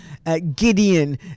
Gideon